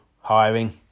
hiring